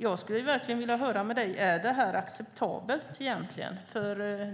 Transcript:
Jag skulle vilja höra med dig om det här är acceptabelt.